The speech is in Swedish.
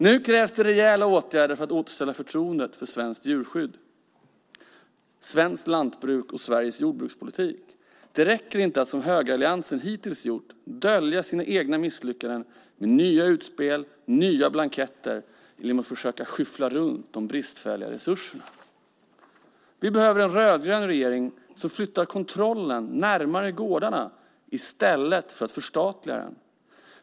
Nu krävs det rejäla åtgärder för att återställa förtroendet för svenskt djurskydd, svenskt lantbruk och Sveriges jordbrukspolitik. Det räcker inte att som högeralliansen hittills gjort dölja sina egna misslyckanden med nya utspel och nya blanketter eller genom att försöka skyffla runt de bristfälliga resurserna. Vi behöver en rödgrön regering som flyttar kontrollen närmare gårdarna i stället för att förstatliga den.